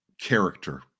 character